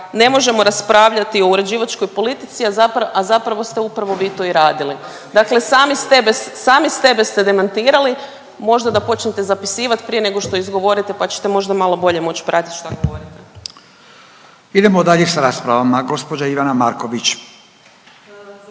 ne možemo raspravljati o uređivačkoj politici, a zapravo ste upravo vi to i radili. Dakle sami s tebe, sami sebe ste demantirali, možda da počnete zapisivati prije nego što izgovorite pa ćete možda malo bolje moći pratiti što govorite. **Radin, Furio (Nezavisni)** Idemo dalje s raspravama, gđa Ivana Marković.